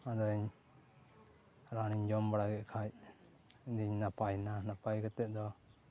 ᱟᱫᱚᱹᱧ ᱨᱟᱱ ᱤᱧ ᱡᱚᱢ ᱵᱟᱲᱟ ᱠᱮᱫ ᱠᱷᱟᱡ ᱤᱧᱫᱚᱹᱧ ᱱᱟᱯᱟᱭ ᱮᱱᱟ ᱱᱟᱯᱟᱭ ᱠᱟᱛᱮ ᱫᱚ